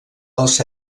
als